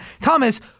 Thomas